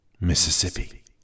Mississippi